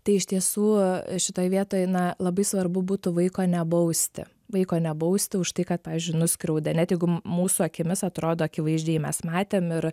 tai iš tiesų šitoj vietoj na labai svarbu būtų vaiko nebausti vaiko nebausti už tai kad pavyzdžiui nuskriaudė net jeigu mūsų akimis atrodo akivaizdžiai mes matėm ir